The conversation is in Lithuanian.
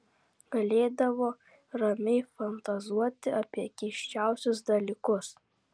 galėdavo ramiai fantazuoti apie keisčiausius dalykus